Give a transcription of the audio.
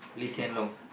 okay